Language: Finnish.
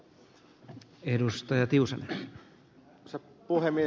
arvoisa puhemies